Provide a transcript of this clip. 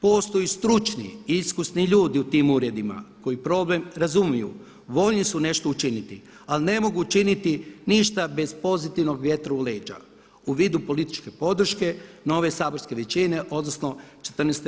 Postoje stručni, iskusni ljudi u tim uredima koji problem razumiju, voljni su nešto učiniti, ali ne mogu učiniti ništa bez pozitivnog vjetra u leđa u vidu političke podrške nove saborske većine odnosno 14.